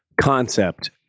concept